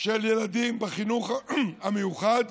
של ילדים בחינוך המיוחד